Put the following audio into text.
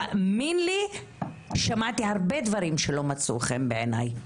תאמין לי, שמעתי הרבה דברים שלא מצאו חן בעיניי,